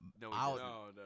No